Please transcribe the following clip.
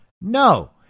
No